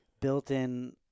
built-in